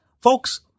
Folks